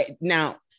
now